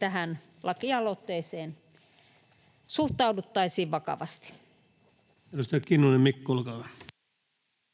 tähän lakialoitteeseen suhtauduttaisiin vakavasti.